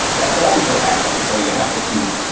that's always what happens. so you have to keep.